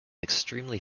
extremely